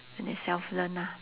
and they self learn lah